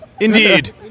Indeed